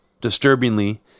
disturbingly